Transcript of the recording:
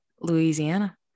Louisiana